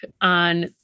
on